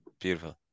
beautiful